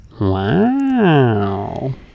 Wow